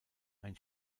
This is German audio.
ein